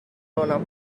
lona